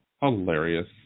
Hilarious